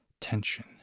tension